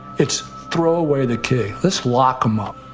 it's throw away the key, let's lock em up.